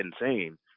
insane